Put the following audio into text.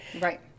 right